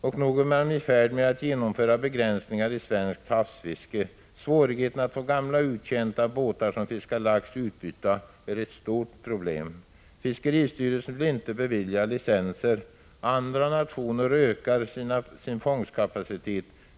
Och nog är man i färd med att genomföra begränsningar i svenskt havsfiske. Svårigheterna att få gamla uttjänta båtar som fiskar lax utbytta är ett stort problem. Fiskeristyrelsen vill inte bevilja licenser. Andra nationer ökar sin fångstkapacitet.